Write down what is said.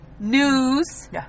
News